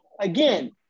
again